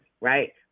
right